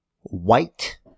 white